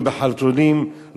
לא בחתולים,